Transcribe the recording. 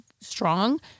strong